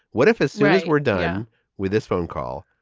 what if it says we're done yeah with this phone call?